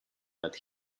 that